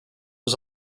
was